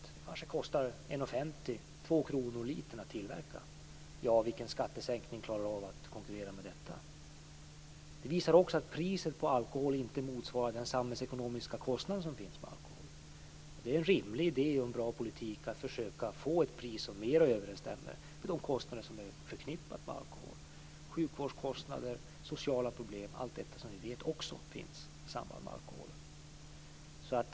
Det kanske kostar 1:50 eller 2 kr att tillverka en liter. Vilken skattesänkning klarar av att konkurrera med detta? Priset på alkohol motsvarar heller inte den samhällsekonomiska kostnaden på alkohol. Det är en rimlig idé och en bra politik att försöka få ett pris som bättre överensstämmer med de kostnader som är förknippade med alkohol - sjukvårdskostnader, sociala problem, allt detta som vi vet också finns i samband med alkohol.